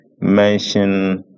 mention